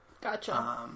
Gotcha